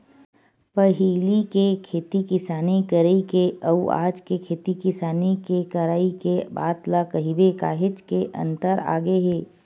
पहिली के खेती किसानी करई के अउ आज के खेती किसानी के करई के बात ल कहिबे काहेच के अंतर आगे हे